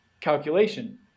calculation